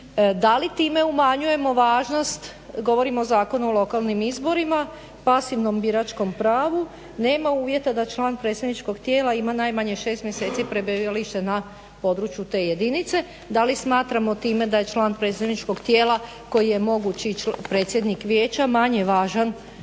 Da li time umanjujemo važnost, govorim o Zakonu o lokalnim izborima, pasivnom biračkom pravu nema uvjeta da član predstavničkog tijela ima najmanje 6 mjeseci prebivalište na području te jedinice, da li smatramo time da je član predstavničkog tijela koji je moguć i predsjednik vijeća manje važan